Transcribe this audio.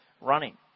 running